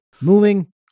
Moving